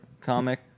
comic